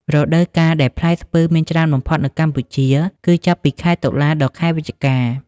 រដូវកាលដែលផ្លែស្ពឺមានច្រើនបំផុតនៅកម្ពុជា គឺចាប់ពី ខែតុលា ដល់ ខែវិច្ឆិកា។